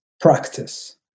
practice